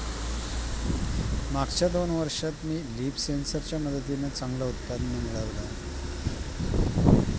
मागच्या दोन वर्षात मी लीफ सेन्सर च्या मदतीने चांगलं उत्पन्न मिळवलं